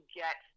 get